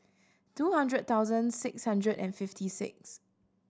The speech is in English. two hundred thousand six hundred and fifty six